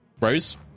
Rose